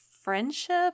friendship